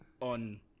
on